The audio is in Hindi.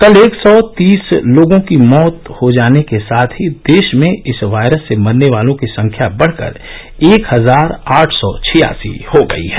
कल एक सौ तीस लोगों की मौत होने के साथ ही देश में इस वायरस से मरने वालों की संख्या बढकर एक हजार आठ सौ छियासी हो गई है